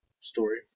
story